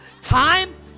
Time